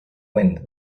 wind